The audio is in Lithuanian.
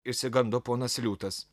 išsigando ponas liūtas